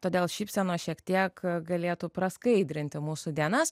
todėl šypsenos šiek tiek galėtų praskaidrinti mūsų dienas